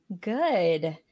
Good